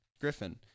Griffin